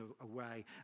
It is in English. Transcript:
away